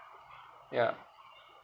ya